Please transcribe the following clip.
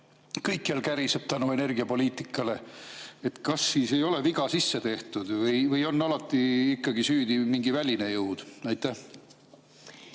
Kõikjal käriseb energiapoliitika tõttu. Kas siis ei ole viga tehtud või on alati ikkagi süüdi mingi väline jõud? Aitäh